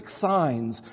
signs